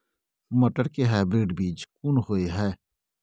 मटर के हाइब्रिड बीज कोन होय है?